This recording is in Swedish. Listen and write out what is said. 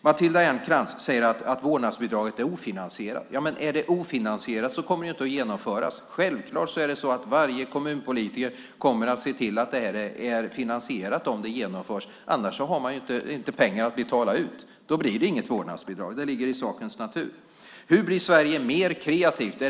Matilda Ernkrans säger att vårdnadsbidraget är ofinansierat. Men om det är ofinansierat kommer det inte att genomföras. Självklart kommer varje kommunpolitiker att se till att det är finansierat om det genomförs. Har man inte pengar att betala ut blir det inget vårdnadsbidrag. Det ligger i sakens natur. Hur blir Sverige mer kreativt?